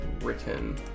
written